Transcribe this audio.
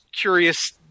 curious